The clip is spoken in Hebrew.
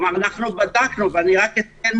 אנחנו בדקנו ואני אתן